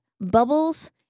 bubbles